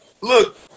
look